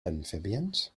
amphibians